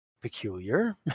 peculiar